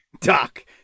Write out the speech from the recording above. Doc